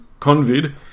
Convid